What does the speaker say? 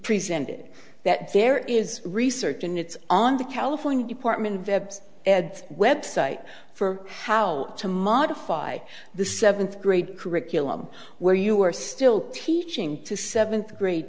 presented that there is research and it's on the california department of ed website for how to modify the seventh grade curriculum where you are still teaching to seventh grade